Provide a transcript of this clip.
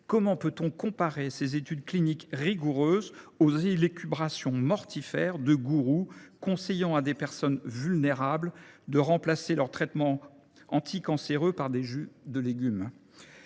Comment peut on comparer ses études cliniques rigoureuses aux élucubrations mortifères de gourous conseillant à des personnes vulnérables de remplacer leur traitement anticancéreux par des jus de légumes ?